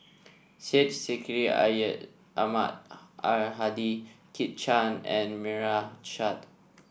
Syed Sheikh Syed Ahmad Al Hadi Kit Chan and Meira Chand